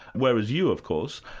whereas you, of course,